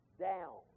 down